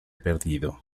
perdido